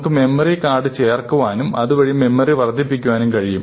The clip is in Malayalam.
നമുക്ക് മെമ്മറി കാർഡ് ചേർക്കാനും അതുവഴി മെമ്മറി വർദ്ധിപ്പിക്കാനും കഴിയും